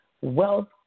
wealth